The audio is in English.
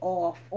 off